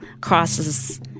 crosses